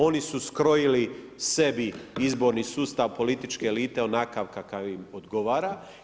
Oni su skrojili sebi izborni sustav političke elite onakav kakav im odgovara.